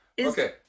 okay